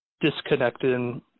Disconnected